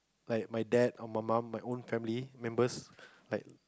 like my dad or my mom my own family members like